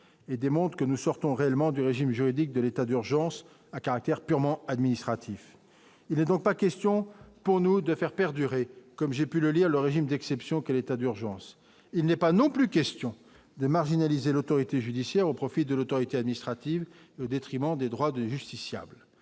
et démontre que nous sortons réellement du régime juridique de l'état d'urgence à caractère purement administratif, il n'est donc pas question pour nous de faire perdurer comme j'ai pu le lire, le régime d'exception que l'état d'urgence, il n'est pas non plus question de marginaliser l'autorité judiciaire au profit de l'autorité administrative, au détriment des droits du justiciable,